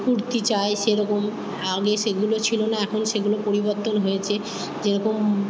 কুর্তি চাই সেরকম আগে সেগুলো ছিল না এখন সেগুলো পরিবর্তন হয়েছে যে রকম